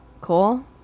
cool